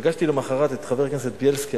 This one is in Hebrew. פגשתי למחרת את חבר הכנסת בילסקי.